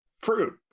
fruit